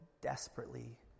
desperately